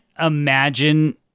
imagine